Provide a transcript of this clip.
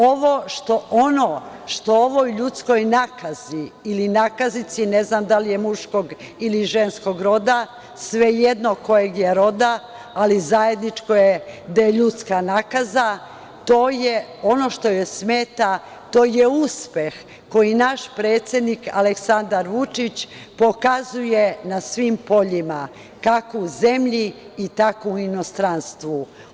Ono što ovoj ljudskoj nakazi ili nakazici, ne znam da li je muškog ili ženskog roda, svejedno kojeg je roda, ali zajedničko je da je ljudska nakaza, ono što joj smeta to je uspeh koji naš predsednik Aleksandar Vučić pokazuje na svim poljima, kao u zemlji, tako i u inostranstvu.